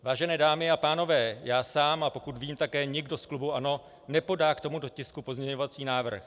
Vážené dámy a pánové, já sám, a pokud vím, také nikdo z klubu ANO nepodáme k tomuto tisku pozměňovací návrh.